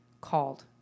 called